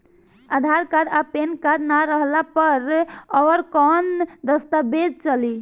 आधार card आ PAN card ना रहला पर अउरकवन दस्तावेज चली?